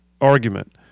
argument